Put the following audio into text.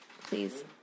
please